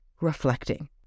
reflecting